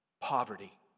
Poverty